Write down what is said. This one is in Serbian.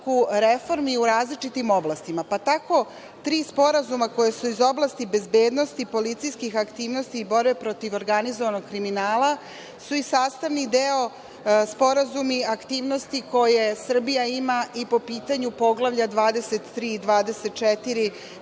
reformi u različitim oblastima, pa tako tri sporazuma koja su iz oblasti bezbednosti, policijskih aktivnosti i borbe protiv organizovanog kriminala su i sastavni deo sporazuma aktivnosti koje Srbija ima i po pitanju Poglavlja 23 i 24